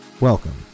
welcome